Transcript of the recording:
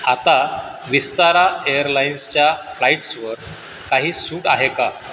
आता विस्तारा एअरलाइन्सच्या फ्लाईट्सवर काही सूट आहे का